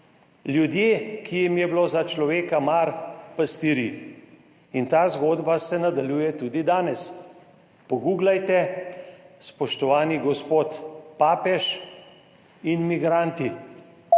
ljudje, ki jim je bilo za človeka mar, pastirji. In ta zgodba se nadaljuje tudi danes. Pogooglajte, spoštovani gospod, papež in migranti.